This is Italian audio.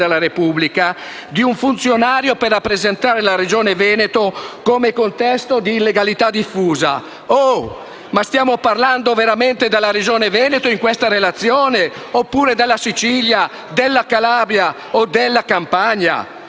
della Repubblica - per rappresentare la Regione Veneto come un contesto di illegalità diffusa. Stiamo parlando davvero della Regione Veneto in questa relazione, oppure della Sicilia, della Calabria o della Campania?